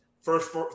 first